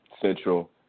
Central